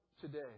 today